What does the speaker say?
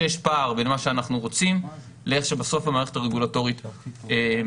שיש פער בין מה שאנחנו רוצים לאיך שבסוף המערכת הרגולטורית עובדת.